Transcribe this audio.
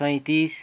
सैँतिस